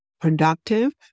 productive